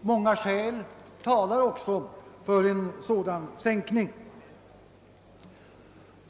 Många skäl talar också för en sådan sänkning.